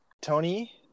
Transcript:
tony